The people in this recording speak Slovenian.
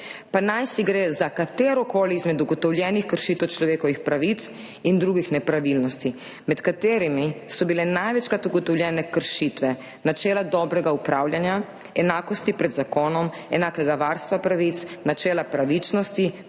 pa naj gre za katerokoli izmed ugotovljenih kršitev človekovih pravic in drugih nepravilnosti, med katerimi so bile največkrat ugotovljene kršitve načela dobrega upravljanja, enakosti pred zakonom, enakega varstva pravic, načela pravičnosti,